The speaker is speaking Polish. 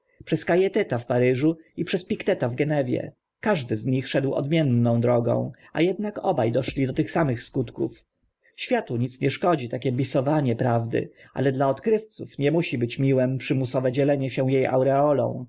przez cailleteta w paryżu i picteta w genewie każdy z nich szedł odmienną drogą a ednak oba doszli do tych samych skutków światu nic nie szkodzi takie bisowanie prawdy ale dla odkrywców nie musi być miłym przymusowe dzielenie się e aureolą